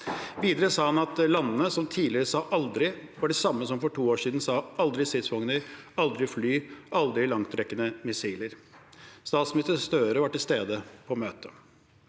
Videre sa han at landene som tidligere sa «aldri», var de samme som for to år siden sa «aldri stridsvogner, aldri fly, aldri langtrekkende missiler». Statsminister Støre var til stede på møtet.